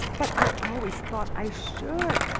but i always thought i should.